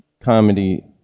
comedy